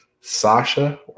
Sasha